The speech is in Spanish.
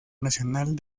nacional